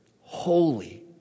holy